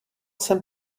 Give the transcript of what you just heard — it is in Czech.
jsem